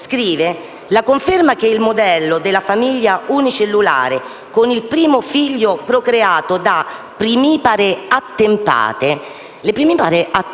«La conferma del modello della famiglia unicellulare, con il primo figlio procreato da primipare attempate…».